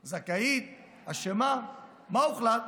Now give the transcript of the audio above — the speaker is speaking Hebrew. זכאית, אשמה, מה הוחלט?